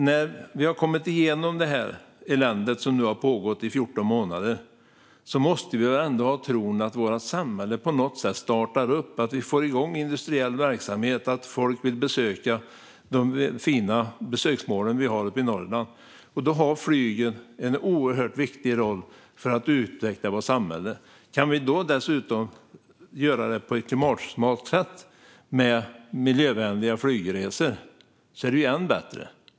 När vi har kommit igenom detta elände som nu pågått i 14 månader måste vi tro att vårt samhälle startar upp igen, att vi får igång industriell verksamhet och att folk vill besöka våra fina besöksmål i Norrland. Flyget spelar här en oerhört viktig roll för att utveckla vårt samhälle. Kan vi då dessutom göra det på ett klimatsmart sätt med miljövänliga flygresor är det ännu bättre.